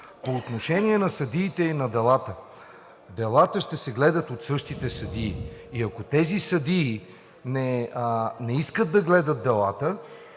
По отношение на съдиите и на делата. Делата ще се гледат от същите съдии, а ако тези съдии не искат да гледат делата,